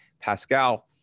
Pascal